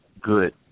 good